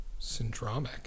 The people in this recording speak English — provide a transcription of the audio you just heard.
syndromic